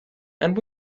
and